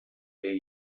bell